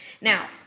Now